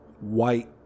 white